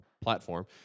platform